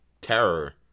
terror